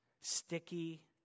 Sticky